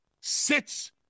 sits